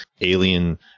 alien